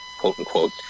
quote-unquote